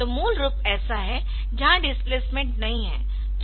तो मूल रूप ऐसा है जहां डिस्प्लेसमेंट नहीं है